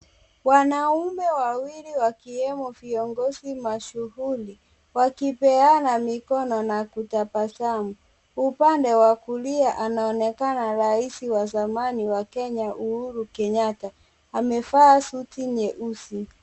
Wanaume wawili wakiwemo viongozi mashuhuri wakipeana mikono na kutabasamu. Upande wa kulia anaonekana rais wa zamani wa Kenya Uhuru Kenyatta. Amevaa suti nyeusi.